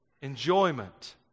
enjoyment